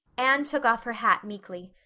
anne took off her hat meekly.